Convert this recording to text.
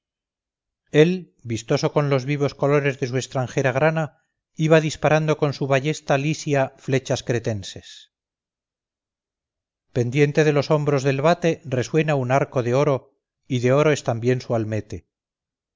él vistoso con los vivos colores de su extranjera grana iba disparando con su ballesta lisia flechas cretenses pendiente de los hombros del vate resuena un arco de oro y de oro es también su almete